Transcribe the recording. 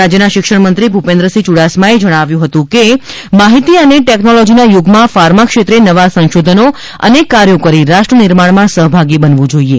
રાજ્યના શિક્ષણમંત્રી ભૂપેન્દ્રસિંહ ચુડાસમાએ જણાવ્યું હતું કે માહિતી અને ટેકનોલોજીના યુગમાં ફાર્મા ક્ષેત્રે નવા સંશોધનો અને કાર્યો કરી રાષ્ટ્ર નિર્માણમાં સહભાગી બનવું જોઈએ